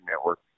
network